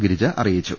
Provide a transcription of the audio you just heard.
ഗിരിജ അറിയിച്ചു